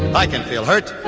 i can feel hurt.